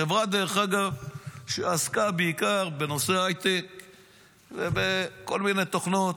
חברה שעסקה בעיקר בנושא הייטק ובכל מיני תוכנות,